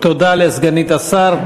תודה לסגנית השר.